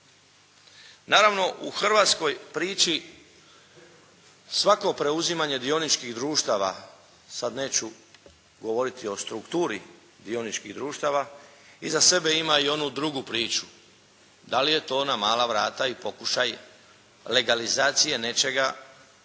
Naravno, u hrvatskoj priči svako preuzimanje dioničkih društava, sad neću govoriti o strukturi dioničkih društava, iza sebe ima i onu drugu priču. Da li je to ona mala vrata i pokušaj legalizacije nečega